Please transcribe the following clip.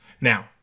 Now